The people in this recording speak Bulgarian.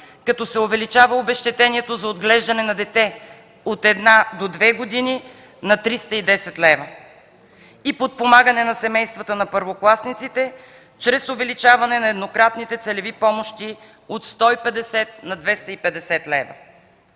като се увеличава обезщетението за отглеждане на дете от една до две години на 310 лв., и подпомагане семействата на първокласниците чрез увеличаване на еднократните целеви помощи от 150 на 250 лв.